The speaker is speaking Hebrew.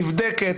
נבדקת,